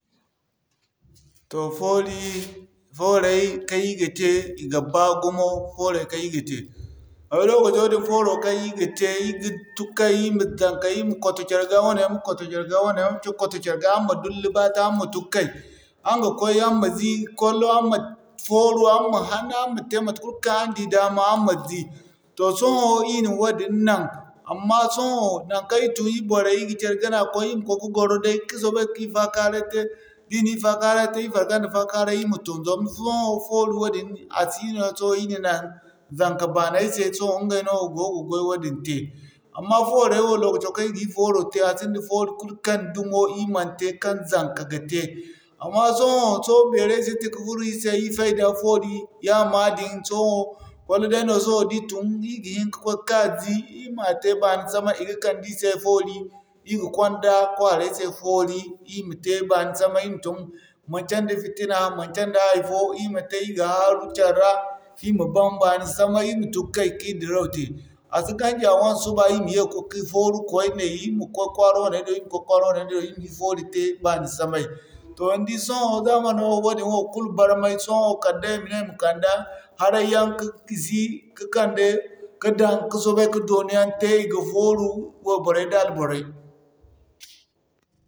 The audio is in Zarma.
Toh foori, fooray kaŋ ir ga te i ga baa gumo, fooray kaŋ ir ga te. Zama lokaco din fooro kaŋ ir ga tee i ga tun kay i zaŋkay wane ma kwato car'ga wane a kwato car'ga araŋ ma dullu-bata araŋ ma tun kay. Araŋ ga koy aran ma zii kwallo, araŋ ma fooru, aran ma hanna araŋ ma te matekul kaŋ araŋ di dama araŋ ma zii. Toh sohõ ir na wadin naŋ, amma sohõ naŋkaŋ ir tun ir boray ir ga care gana koy i ma koy ka gwaro day ka sobay ki fakaaray tey. Da ir ni fakaara te ir farga nda fakaara i ma tun zama sohõ foori wadin a sino sohõ ir na naŋ zanka baanay se sohõ ingay no go ga gway wadin tey. Amma fooray wo lokaco kan ir ga ir fooro tey a sinda foori kul kaŋ dumo ir man tey kaŋ zaŋka ga tey. Amma sohõ so beeray sintin ka furo ir se ir fayda foori yaama din sohõ kwallo dayno di tun ir ga hini ka koy ka zii i ma te bani samay i ga kande ir se foori ir ga kwanda kwaaray se foori. Ir ma te baani samay ir ma tun manci nda fitina, manci nda hay'fo ir ma te ir ga haaru car'ra, ir ma ban baani samay ir ma tun kay ki'r dirau tey. A si ganji a wane suba ir ma ye ka koy ka fooru kwaine ir ma koy kwaara wane do ir ma koy kwaara wane do ir ma ir foori tey baani samay. Toh ni di sohõ zamano wadin wo kul barmay sohõ kaldai i ma ne i ma kande haraiyaŋ ka gisi, ka'kande ka dan ka sobay ka dooni yaŋ tey i ga fooru wayborey da alborey.